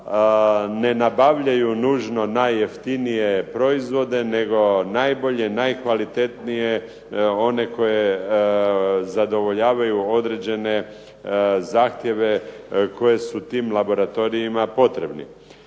ne nabavljaju nužno najjeftnije proizvode nego najbolje, najkvalitetnije one koje zadovoljavaju određene zahtjeve koje su tim laboratorijima potrebni.